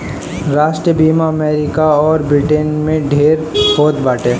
राष्ट्रीय बीमा अमरीका अउर ब्रिटेन में ढेर होत बाटे